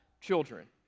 children